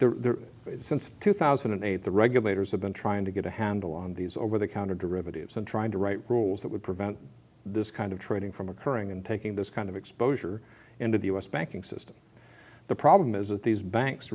mean the since two thousand and eight the regulators have been trying to get a handle on these over the counter derivatives and trying to write rules that would prevent this kind of trading from occurring in taking this kind of exposure into the u s banking system the problem is that these banks